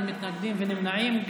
אין מתנגדים ואין נמנעים.